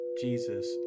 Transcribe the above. Jesus